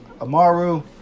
Amaru